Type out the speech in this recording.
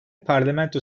parlamento